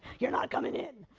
you're not coming in.